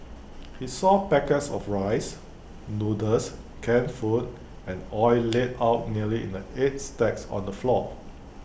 he saw packets of rice noodles canned food and oil laid out neatly in eight stacks on the floor